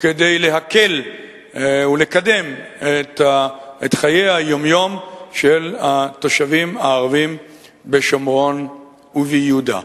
כדי להקל ולקדם את חיי היום-יום של התושבים הערבים בשומרון וביהודה.